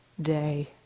day